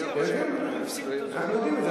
כן, כן, ודאי, אנחנו יודעים את זה.